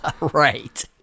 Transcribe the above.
Right